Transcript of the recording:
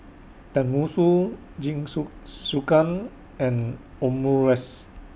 Tenmusu and Omurice